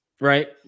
right